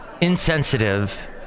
insensitive